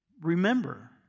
Remember